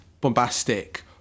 bombastic